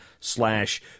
slash